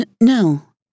no